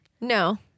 No